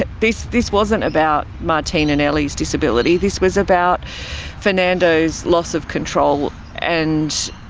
ah this, this wasn't about martin and eli's disability, this was about fernando's loss of control and.